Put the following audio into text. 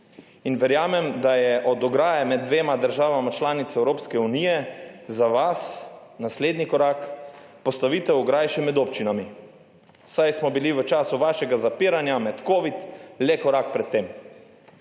In verjamem, da je od ograje med dvema državama članic Evropske unije za vas naslednji korak postavitev ograj še med občinami, saj smo bili v času vašega zapiranja med covidom le korak pred tem.